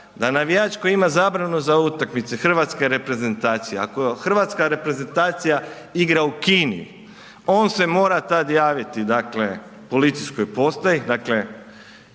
da navijač koji ima zabranu za utakmice hrvatske reprezentacije, ako hrvatska reprezentacija igra u Kini on se mora tad javiti policijskoj postaji, dakle